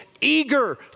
eager